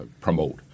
promote